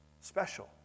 special